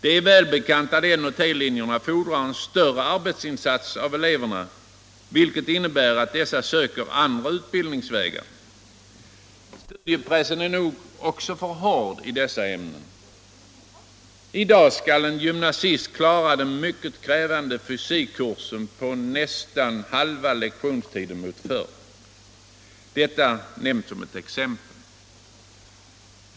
Det är välbekant att N och T-linjerna fordrar en större arbetsinsats av eleverna, vilket gör att många hellre väljer andra utbildningsvägar. Studiepressen är nog också för hård i dessa ämnen. I dag skall en gymnasist klara den mycket krävande fysikkursen på nästan halva lektionstiden mot förr — detta nämnt som ett exempel.